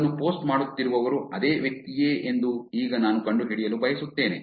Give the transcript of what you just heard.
ಅದನ್ನು ಪೋಸ್ಟ್ ಮಾಡುತ್ತಿರುವವರು ಅದೇ ವ್ಯಕ್ತಿಯೇ ಎಂದು ಈಗ ನಾನು ಕಂಡುಹಿಡಿಯಲು ಬಯಸುತ್ತೇನೆ